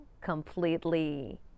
completely